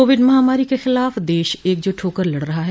Covid महामारी के ख़िलाफ़ देश एकजुट होकर लड़ रहा है